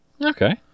Okay